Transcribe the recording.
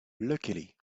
luckily